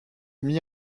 mit